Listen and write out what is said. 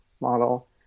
model